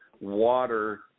water